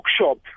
bookshop